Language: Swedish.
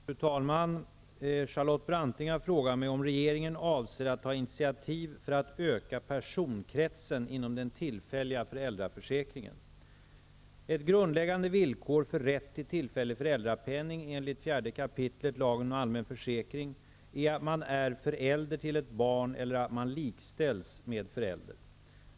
Fru talman! Charlotte Branting har frågat mig om regeringen avser att ta initiativ för att öka personkretsen inom den tillfälliga föräldraförsäkringen. Ett grundläggande villkor för rätt till tillfällig föräldrapenning enlig 4 kap. lagen om allmän försäkring är att man är förälder till ett barn eller att man likställs med förälder.